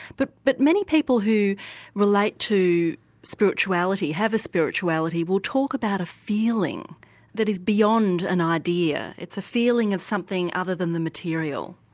but but many people who relate to spirituality, have a spirituality, will talk about a feeling that is beyond an idea. it's a feeling of something other than the material.